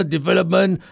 Development